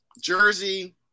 Jersey